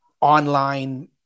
online